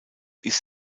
ist